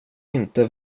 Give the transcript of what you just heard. inte